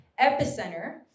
epicenter